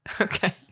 Okay